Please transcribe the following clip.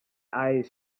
eyes